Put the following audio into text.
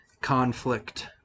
conflict